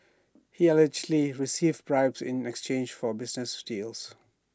he allegedly received bribes in exchange for business deals